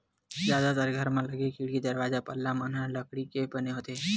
जादातर घर म लगे खिड़की, दरवाजा, पल्ला मन ह लकड़ी के बने होथे